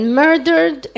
murdered